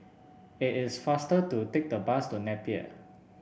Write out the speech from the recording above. it is faster to take the bus to Napier